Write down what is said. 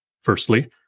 Firstly